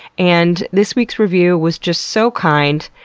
and this week's review was just so kind.